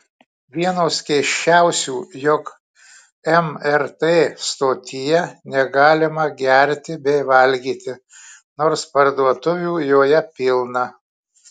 vienos keisčiausių jog mrt stotyje negalima gerti bei valgyti nors parduotuvių joje pilna